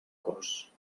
cos